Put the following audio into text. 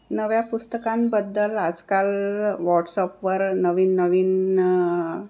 नव्या पुस्तकांबद्दल आजकाल व्हॉट्सअपवर नवीन नवीन